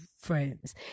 friends